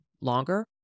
longer